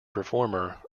performer